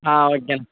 ஆ ஓகேண்ணே